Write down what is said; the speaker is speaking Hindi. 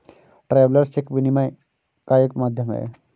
ट्रैवेलर्स चेक विनिमय का एक माध्यम है